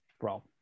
Bro